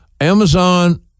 Amazon